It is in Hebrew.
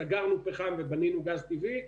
כלומר סגרנו את הפחם ובנינו גז טבעי,